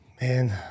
Man